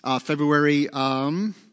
February